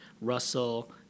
Russell